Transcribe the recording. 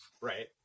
Right